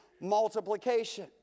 Multiplication